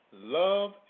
love